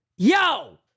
Yo